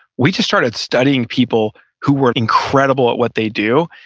we just started studying people who were incredible at what they do,